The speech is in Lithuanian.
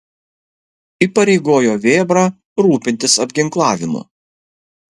įpareigojo vėbrą rūpintis apginklavimu